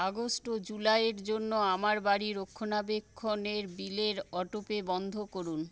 August ও জুুলাইয়ের জন্য আমার বাড়ি রক্ষণাবেক্ষণের বিলের অটোপে বন্ধ করুন